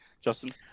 Justin